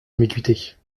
ambiguïtés